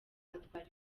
atwara